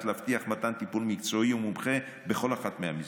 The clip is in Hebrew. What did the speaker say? להבטיח מתן טיפול מקצועי ומומחה בכל אחת מהמסגרות.